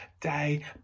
day